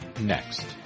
next